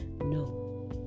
no